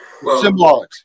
Symbolics